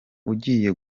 ugiye